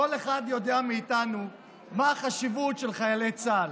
כל אחד מאיתנו יודע מה החשיבות של חיילי צה"ל,